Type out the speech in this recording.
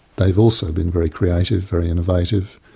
they've also been very creative, very innovative.